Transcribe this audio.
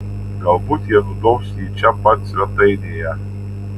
galbūt jie nudobs jį čia pat svetainėje